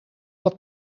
dat